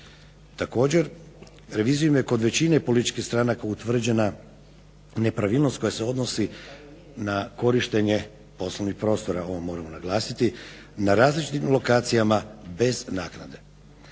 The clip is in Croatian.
Također revizijom je kod većine političkih stranaka utvrđena nepravilnost koja se odnosi na korištenje poslovnih prostora ovo moram naglasiti, na različitim lokacijama bez naknade.